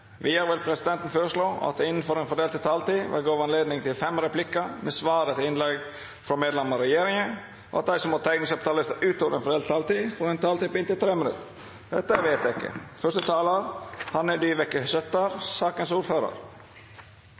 Vidare vil presidenten føreslå at det – innanfor den fordelte taletida – vert gjeve høve til inntil fem replikkar med svar etter innlegg frå medlemer av regjeringa, og at dei som måtte teikna seg på talarlista utover den fordelte taletida, får ei taletid på inntil 3 minutt. – Det er vedteke.